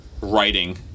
writing